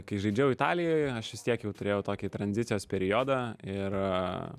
kai žaidžiau italijoje aš vis tiek jau turėjau tokį tranzicijos periodą ir